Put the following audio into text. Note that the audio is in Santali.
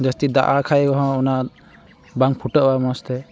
ᱡᱟᱹᱥᱛᱤ ᱫᱟᱜᱼᱟᱜ ᱠᱷᱟᱡᱦᱚᱸ ᱚᱱᱟ ᱵᱟᱝ ᱯᱷᱩᱴᱟᱹᱜᱼᱟ ᱢᱚᱡᱽᱛᱮ